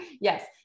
Yes